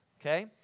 okay